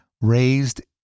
raised